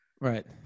Right